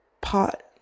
pot